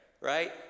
right